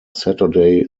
saturday